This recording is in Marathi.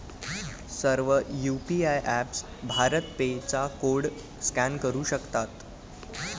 सर्व यू.पी.आय ऍपप्स भारत पे चा कोड स्कॅन करू शकतात